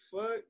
fuck